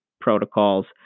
protocols